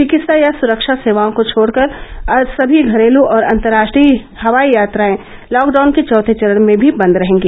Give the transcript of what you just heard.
चिकित्सा या सुरक्षा सेवाओं को छोड़कर सभी घरेलू और अंतर्राष्ट्रीय हवाई यात्राएं लॉकडाउन के चौथे चरण में भी बंद रहेंगी